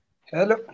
Hello